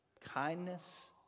kindness